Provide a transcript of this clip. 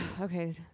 Okay